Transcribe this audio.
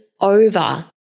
over